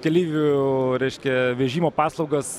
keleivių reiškia vežimo paslaugas